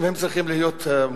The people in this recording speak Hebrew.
הפוליטיים, הם צריכים להיות מודאגים